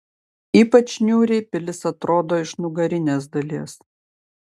ypač niūriai pilis atrodo iš nugarinės dalies